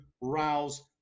rouse